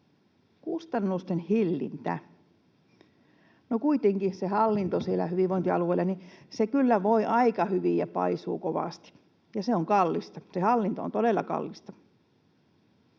Kustannusten hillintä. No, kuitenkin se hallinto siellä hyvinvointialueella kyllä voi aika hyvin ja paisuu kovasti, ja se on kallista. Se hallinto on todella kallista.